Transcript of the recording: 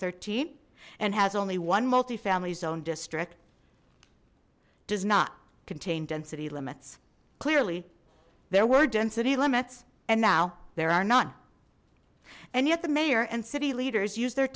thirteen and has only one multifamily zone district does not contain density limits clearly there were density limits and now there are none and yet the mayor and city leaders use their